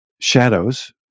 shadows